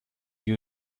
you